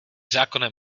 zákonem